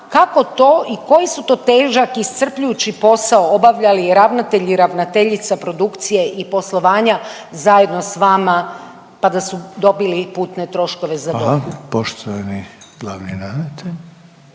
kako to i koji su to težak i iscrpljujući posao obavljali ravnatelj i ravnateljica produkcije i poslovanja zajedno s vama pa da su dobili putne troškove za Dohu? **Reiner,